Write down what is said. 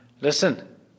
Listen